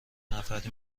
نفری